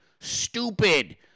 stupid